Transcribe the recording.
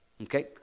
okay